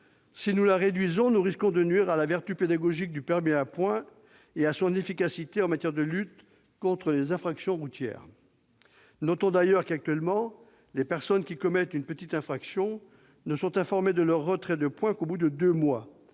si nous la réduisons, nous risquons de nuire à la vertu pédagogique du permis à points et à son efficacité en matière de lutte contre les infractions routières. Notons d'ailleurs que les personnes qui commettent une petite infraction ne sont actuellement informées du retrait de points qu'au bout de deux mois,